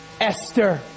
Esther